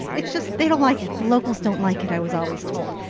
it's just, they don't like it. the locals don't like it, i was always told.